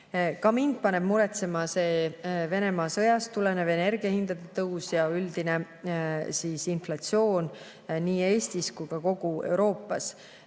Ka mind paneb muretsema see Venemaa sõjast tulenev energiahindade tõus ja üldine inflatsioon nii Eestis kui ka kogu Euroopas.